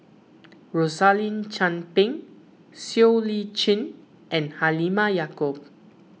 Rosaline Chan Pang Siow Lee Chin and Halimah Yacob